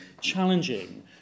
challenging